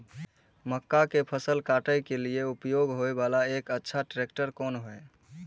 मक्का के फसल काटय के लिए उपयोग होय वाला एक अच्छा ट्रैक्टर कोन हय?